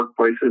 workplaces